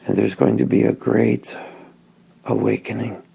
there's going to be a great awakening